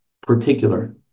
particular